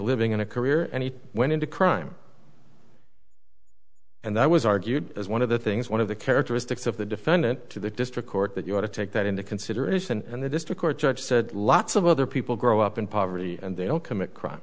living in a career and he went into crime and that was argued as one of the things one of the characteristics of the defendant to the district court that you want to take that into consideration and the district court judge said lots of other people grow up in poverty and they don't commit crime